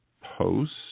post